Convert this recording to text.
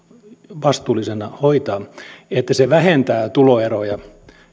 vastuullisena hoitaa vähentää tuloeroja